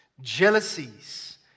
jealousies